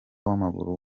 w’amaguru